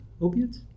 opiates